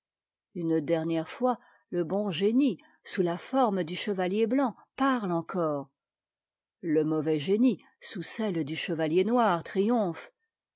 une dernière fois le bon génie sous la forme du chevalier blanc parlé encore le mauvais génie sous celle du chevalier noir